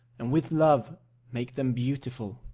and with love make them beautiful.